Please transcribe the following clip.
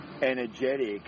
energetic